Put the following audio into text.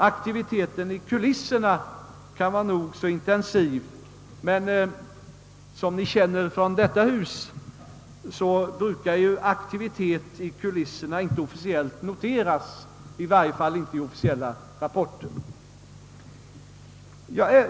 Aktiviteten i kulisserna kan vara nog så intensiv, men — som ni känner från detta hus — aktivitet i kulisserna brukar icke noteras, i varje fall inte i officiella rapporter.